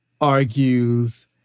argues